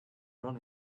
run